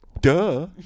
Duh